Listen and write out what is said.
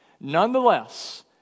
nonetheless